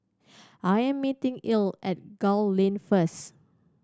I am meeting Ell at Gul Lane first